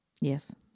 Yes